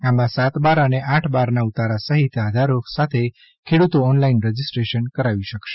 આમાં સાત બાર અને આઠ બારનાં ઉતારા સહિત આધારો સાથે ખેડૂતો ઓનલાઈન રજીસ્ટ્રેશન કરાવી શકાશે